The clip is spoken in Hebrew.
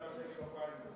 כבר עזרת לי בפריימריז.